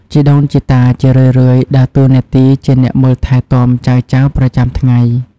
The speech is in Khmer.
ជីដូនជីតាជារឿយៗដើរតួនាទីជាអ្នកមើលថែទាំចៅៗប្រចាំថ្ងៃ។